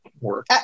work